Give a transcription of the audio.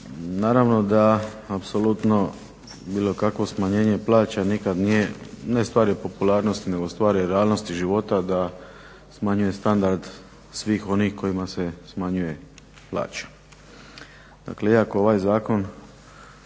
Naravno da apsolutno bilo kakvo smanjenje plaća nikad nije, ne stvar je popularnosti nego stvar je realnosti života da smanjuje standard svih onih kojima se smanjuje plaća. Dakle iako ovaj zakon